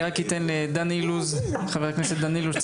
אני אתן את הדיבור לחבר הכנסת דן אילוז,